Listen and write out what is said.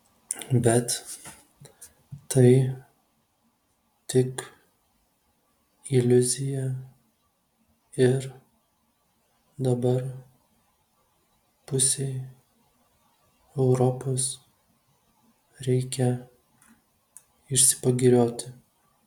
bet tai tik iliuzija ir dabar pusei europos reikia išsipagirioti